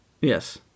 Yes